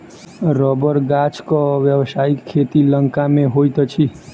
रबड़ गाछक व्यवसायिक खेती लंका मे होइत अछि